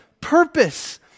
purpose